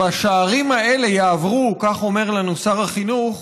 בשערים האלה יעברו, כך אומר לנו שר החינוך